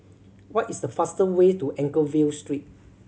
what is the fastest way to Anchorvale Street